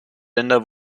länder